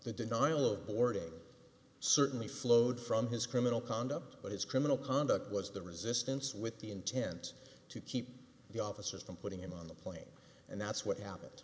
boarding certainly flowed from his criminal conduct but his criminal conduct was the resistance with the intent to keep the officers from putting him on the plane and that's what happen